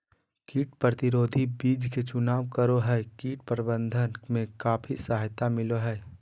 कीट प्रतिरोधी बीज के चुनाव करो हइ, कीट प्रबंधन में काफी सहायता मिलैय हइ